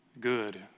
good